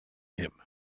him